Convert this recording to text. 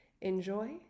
Enjoy